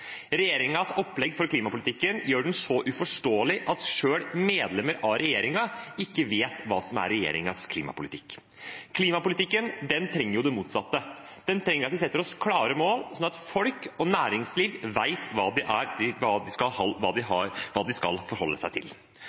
den så uforståelig at selv medlemmer av regjeringen ikke vet hva som er regjeringens klimapolitikk. Klimapolitikken trenger det motsatte. Den trenger at vi setter oss klare mål, sånn at folk og næringsliv vet hva de skal forholde seg til. Jeg mener at det grepet regjeringen gjør, åpenbart er